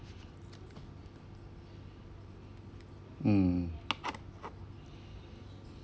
mm